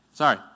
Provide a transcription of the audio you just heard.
Sorry